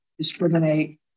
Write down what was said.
discriminate